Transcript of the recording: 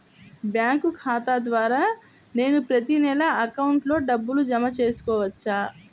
Bank ఖాతా ద్వారా నేను ప్రతి నెల అకౌంట్లో డబ్బులు జమ చేసుకోవచ్చా?